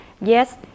yes